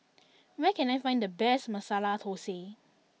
where can I find the best Masala Thosai